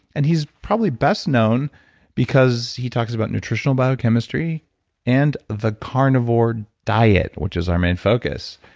and he's probably best known because he talks about nutritional biochemistry and the carnivore diet, which is our main focus.